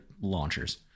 launchers